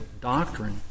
doctrine